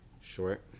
Short